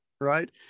right